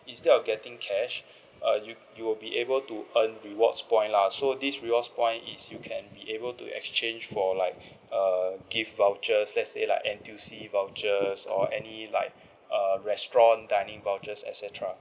instead of getting cash uh you you will be able to earn rewards point lah so this rewards point is you can be able to exchange for like err gift vouchers let's say like N_T_U_C voucher or any like a restaurant dining vouchers et cetera